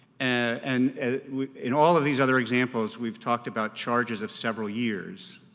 and in all of these other examples, we've talked about charges of several years